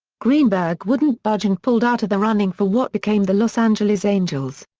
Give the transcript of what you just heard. greenberg wouldn't budge and pulled out of the running for what became the los angeles angels.